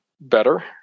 better